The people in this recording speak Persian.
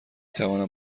توانم